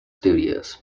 studios